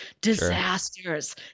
disasters